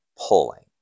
pulling